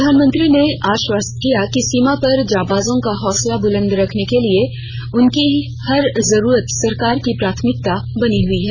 प्रधानमंत्री ने आश्वस्त किया कि सीमा पर जाबाजों का हौसला बुलंद रखने के लिए उनकीहर जरूरत सरकार की प्राथमिकता बनी हुई है